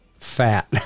fat